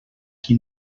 qui